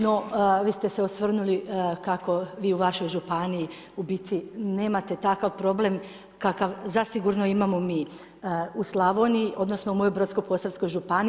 No, vi ste se osvrnuli kako vi u vašoj županiji u biti nemate takav problem kakav zasigurno imamo mi u Slavoniji, odnosno u mojoj Brodsko-posavskoj županiji.